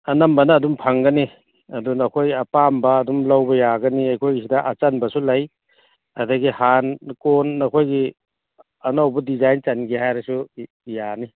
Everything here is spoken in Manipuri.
ꯑꯅꯝꯕꯅ ꯑꯗꯨꯝ ꯐꯪꯒꯅꯤ ꯑꯗꯨꯅ ꯑꯩꯈꯣꯏ ꯑꯄꯥꯝꯕ ꯑꯗꯨꯝ ꯂꯧꯕ ꯌꯥꯒꯅꯤ ꯑꯩꯈꯣꯏ ꯁꯤꯗ ꯑꯆꯟꯕꯁꯨ ꯂꯩ ꯑꯗꯒꯤ ꯅꯈꯣꯏꯒꯤ ꯑꯅꯧꯕ ꯗꯤꯖꯥꯏꯟ ꯆꯟꯒꯦ ꯍꯥꯏꯔꯁꯨ ꯌꯥꯅꯤ